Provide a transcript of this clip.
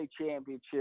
championship